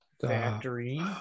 Factory